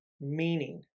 meaning